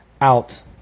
out